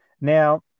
Now